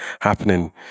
happening